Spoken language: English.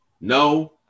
no